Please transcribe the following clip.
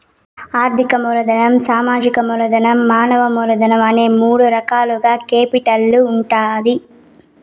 ఆర్థిక మూలధనం, సామాజిక మూలధనం, మానవ మూలధనం అనే మూడు రకాలుగా కేపిటల్ ఉంటాది